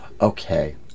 Okay